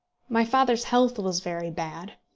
my father's health was very bad.